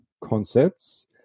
concepts